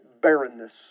barrenness